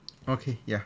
okay ya